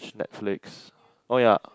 should Netflix oh yeah